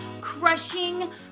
crushing